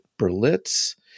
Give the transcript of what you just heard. Berlitz